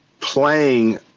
playing